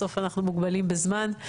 בסוף אנחנו מוגבלים בזמן.